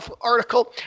article